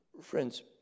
Friends